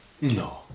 No